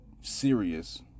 serious